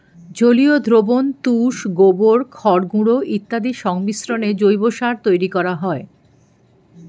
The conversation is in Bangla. জলীয় দ্রবণ, তুষ, গোবর, খড়গুঁড়ো ইত্যাদির সংমিশ্রণে জৈব সার তৈরি করা হয়